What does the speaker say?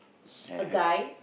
a guy